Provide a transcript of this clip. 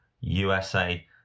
USA